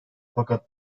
fakat